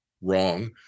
wrong